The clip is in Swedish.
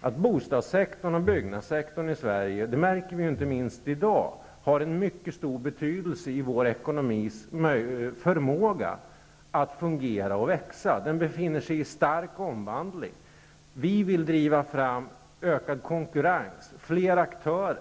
att bostadssektorn och byggnadssektorn i Sverige har en mycket stor betydelse för vår ekonomis förmåga att fungera och växa, vilket vi märker inte minst i dag. Dessa sektorer befinner sig i en stark omvandlingsprocess. Vi vill driva fram ökad konkurrens och flera aktörer.